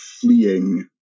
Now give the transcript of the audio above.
fleeing